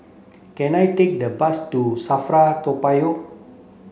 can I take the bus to SAFRA Toa Payoh